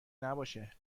نباشه